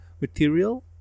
material